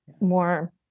more